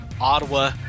Ottawa